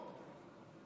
מנסור,